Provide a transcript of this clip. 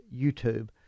YouTube